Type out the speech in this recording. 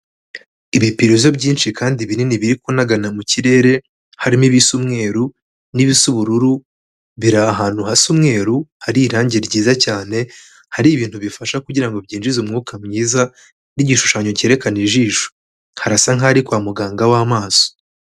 Ibipirizo byinshi kandi binini biri kunagana mu kirere, harimo ibisa umweru n'ibisa ubururu, biri ahantu hasa umweru, hari irange ryiza cyane, hari ibintu bifasha kugira ngo byinjize umwuka mwiza n'igishushanyo cyerekana ijisho. Harasa nk'aho ari kwa muganga w'amaso.